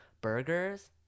burgers